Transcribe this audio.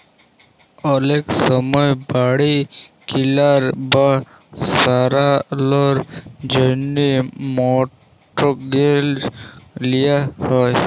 অলেক সময় বাড়ি কিলার বা সারালর জ্যনহে মর্টগেজ লিয়া হ্যয়